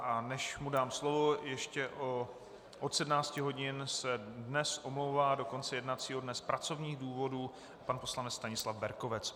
A než mu dám slovo, ještě od 17 hodin se dnes omlouvá do konce jednacího dne z pracovních důvodů pan poslanec Stanislav Berkovec.